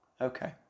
Okay